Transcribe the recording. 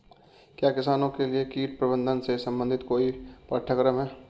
क्या किसानों के लिए कीट प्रबंधन से संबंधित कोई पाठ्यक्रम है?